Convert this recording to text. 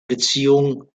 beziehung